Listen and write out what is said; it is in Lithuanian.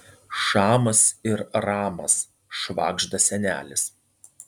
šamas ir ramas švagžda senelis